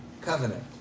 covenant